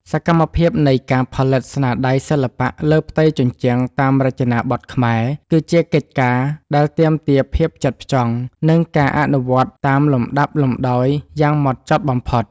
សកម្មភាពនៃការផលិតស្នាដៃសិល្បៈលើផ្ទៃជញ្ជាំងតាមរចនាបថខ្មែរ គឺជាកិច្ចការដែលទាមទារភាពផ្ចិតផ្ចង់ និងការអនុវត្តតាមលំដាប់លំដោយយ៉ាងហ្មត់ចត់បំផុត។